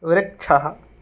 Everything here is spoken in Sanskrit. वृक्षः